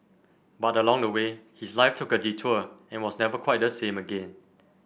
but along the way his life took a detour and was never quite the same again